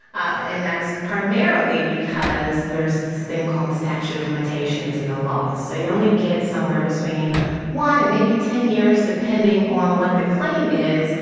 and that's primarily because there's this thing called statute of limitations in the law, so you only get somewhere between one and maybe ten years, depending on what the claim is,